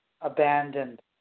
Abandoned